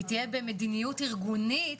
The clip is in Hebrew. תהיה במדיניות ארגונית,